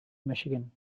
michigan